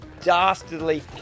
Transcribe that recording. dastardly